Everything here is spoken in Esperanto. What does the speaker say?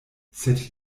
sed